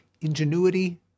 ingenuity